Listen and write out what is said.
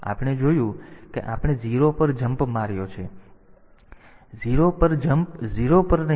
તેથી આ આપણે જોયું છે કે આપણે 0 પર જમ્પ માર્યો છે સંદર્ભ સમય 2018 0 પર જમ્પ 0 પર નહીં